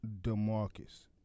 Demarcus